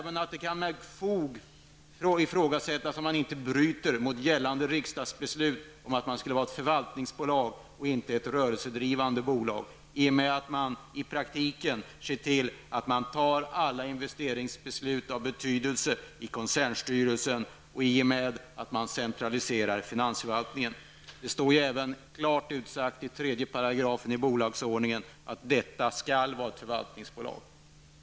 Det kan men fog ifrågasättas om man inte bryter mot gällande riksdagsbeslut om att det skulle vara ett förvaltningsbolag, och inte ett rörelsedrivande bolag, i och med att man i praktiken se till att man fattar alla investeringsbeslut av betydelse i koncernens styrelse, och i och med att man centraliserar finansförvaltningen. Det står ju även klart utsagt i 3 § i bolagsordningen att detta skall vara ett förvaltningsbolag.